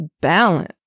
balance